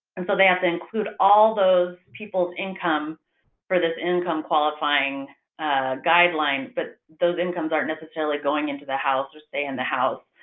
and so, they have to include all those people's income for this income qualifying guideline but those incomes aren't necessarily going into the house or stay in the house.